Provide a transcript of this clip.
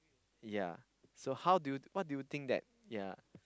ya so how do you what do you think that ya